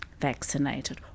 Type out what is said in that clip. vaccinated